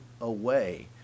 away